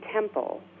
Temple